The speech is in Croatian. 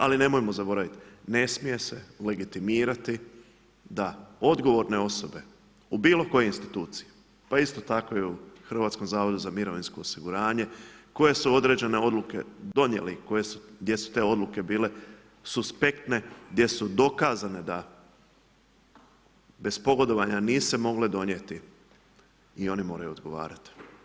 Ali nemojmo zaboraviti, ne smije se legitimirati da odgovorne osobe u bilo kojoj instituciji, pa isto tako i u Hrvatskom zavodu za mirovinsko osiguranje, koje su određene odluke donijeli, gdje su te odluke bile suspektne gdje su dokazane da bez pogodovanja nisu se mogle donijeti i one moraju odgovarat.